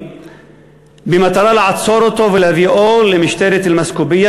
במטרה לעצור אותו ולהביאו למשטרת אלמסקוביה,